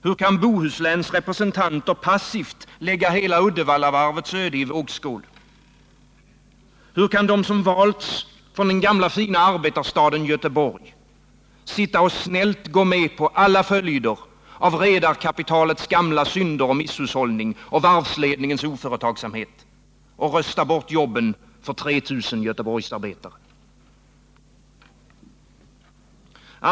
Hur kan Bohusläns representanter passivt lägga hela Uddevallavarvets öde i vågskålen? Hur kan de som valts från den gamla fina arbetarstaden Göteborg sitta och snällt gå med på alla följder av redarkapitalets gamla synder och misshushållning och varvsledningens oföretagsamhet — och rösta bort jobben för 3 000 göteborgsarbetare?